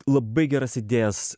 labai geras idėjas